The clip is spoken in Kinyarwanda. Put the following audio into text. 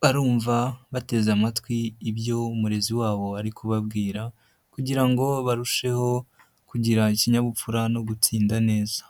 barumva bateze amatwi ibyo umurezi wabo ari kubabwira kugira ngo barusheho kugira ikinyabupfura no gutsinda neza.